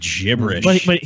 gibberish